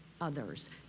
others